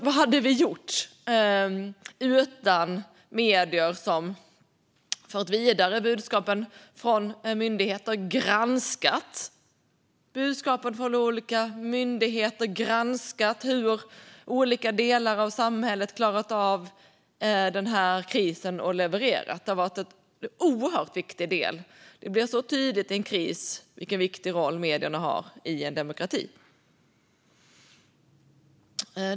Vad hade vi gjort utan medier som fört vidare budskapen från myndigheter, granskat budskapen från olika myndigheter och granskat hur olika delar av samhället klarat av att leverera under krisen? Det har varit en oerhört viktig del. I en kris blir det så tydligt vilken viktig roll medierna har i en demokrati.